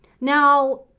Now